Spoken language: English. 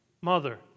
mother